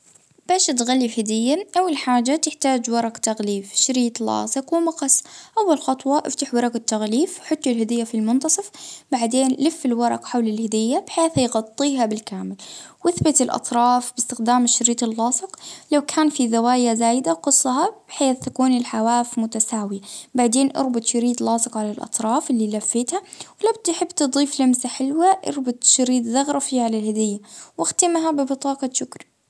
الورج جصه حسب الحجم الهدية، لف الهدية وحطها في الوسط ولف الأطراف، اه لصجها بشريط لاصق أو لصجة باش ما تنفكش زينها بشريط وأعمل اه هيك فيونكة لطيفة باش تكون جذابة.